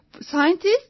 Scientists